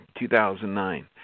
2009